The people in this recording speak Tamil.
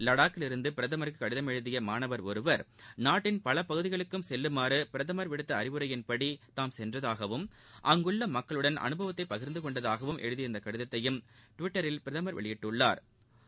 லடாக்கிலிருந்து பிரதமருக்கு கடிதம் எழுதிய மாணவா் ஒருவா் நாட்டின் பல பகுதிகளுக்கும் செல்லுமாறு பிரதமர் விடுத்த அறிவுரைப்படி தாம் சென்றதாகவும் அங்குள்ள மக்களுடன் அனுபவத்தை பகிர்ந்து கொண்டதாகவும் எழுதியிருந்த கடிதத்தையும் டுவிட்டரில் பிரதமர் வெளியிட்டா்